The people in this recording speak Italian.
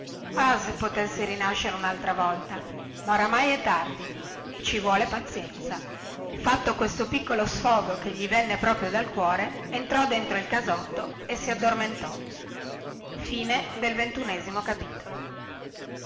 oh se potessi rinascere unaltra volta ma oramai è tardi e ci vuol pazienza fatto questo piccolo sfogo che gli venne proprio dal cuore entrò dentro il casotto e si addormentò